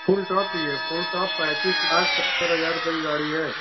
full top चाहिए full top पैंतीस लाख सत्तर हज़ार रूपये की गाड़ी है